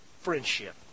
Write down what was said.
Friendship